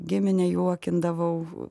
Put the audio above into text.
giminę juokindavau